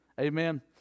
Amen